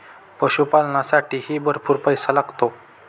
पशुपालनालासाठीही भरपूर पैसा लागतो